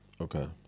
Okay